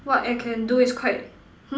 what I can do is quite